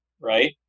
right